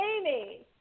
Amy